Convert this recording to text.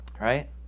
Right